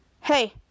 Hey